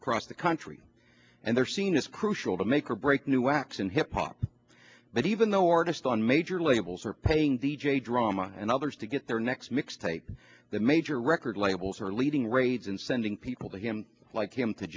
across the country and they're seen as crucial to make or break new acts in hip hop but even though artists on major labels are paying d j drama and others to get their next mix tape the major record labels are leaving raids and sending people to him like him to